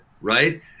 right